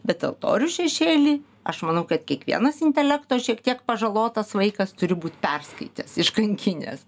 bet altorių šešėly aš manau kad kiekvienas intelekto šiek tiek pažalotas vaikas turi būt perskaitęs iškankinęs